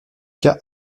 cas